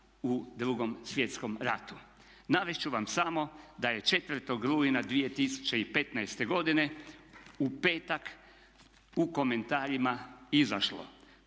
u 2. svjetskom ratu. Navest ću vam samo da je 4. rujna 2015. godine u petak u komentarima izašlo: